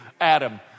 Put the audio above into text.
Adam